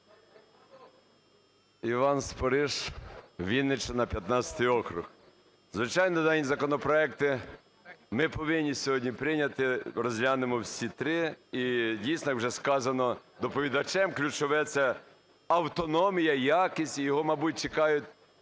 Іван Спориш, Вінниччина, 15 округ. Звичайно, законопроекти ми повинні сьогодні прийняти, розглянемо всі три. І дійсно, вже сказано доповідачем ключове - це автономія і якість, і його, мабуть, чекають,